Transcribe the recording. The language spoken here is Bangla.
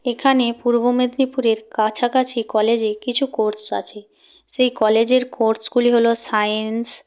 এখানে পূর্ব মেদিনীপুরের কাছাকাছি কলেজে কিছু কোর্স আছে সেই কলেজের কোর্সগুলি হল সায়েন্স